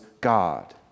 God